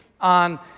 on